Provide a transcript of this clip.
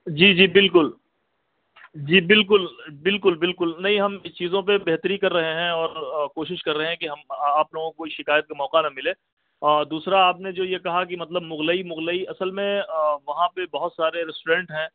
جی جی بالکل جی بالکل بالکل بالکل نہیں ہم ان چیزوں پہ بہتری کر رہے ہیں اور کوشش کر رہے ہیں کہ ہم آپ لوگوں کو کوئی شکایت کا موقع نہ ملے اور دوسرا آپ نے جو یہ کہا مطلب مغلئی مغلئی اصل میں وہاں پہ بہت سارے ریسٹورینٹ ہیں